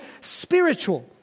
spiritual